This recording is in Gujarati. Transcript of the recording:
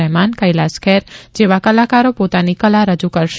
રહેમાન કૈલાસ ખેર જેવા કલાકારો પોતાની કલા રજૂ કરશે